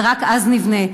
ורק אז נבנה,